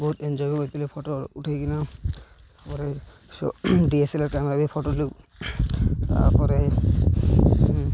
ବହୁତ ଏନ୍ଜୟ କରିଥିଲେ ଫଟୋ ଉଠାଇକରି ନା ତାପରେ D S L R camera ବି ଫଟୋ ଉଠିଲୁ ତା'ପରେ